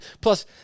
plus